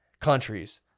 countries